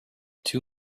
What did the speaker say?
two